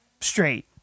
straight